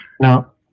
Now